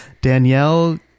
Danielle